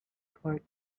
court